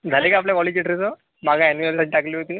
झाले का आपल्या कॉलेजचे ड्रेसं मागे अॅन्यूअलला टाकली होती